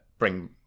bring